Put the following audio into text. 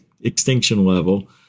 extinction-level